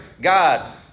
God